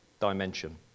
dimension